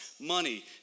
money